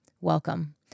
Welcome